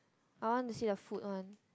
I want to see the food one